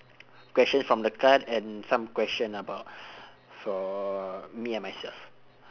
questions from the card and some question about for me and myself